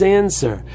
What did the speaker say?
answer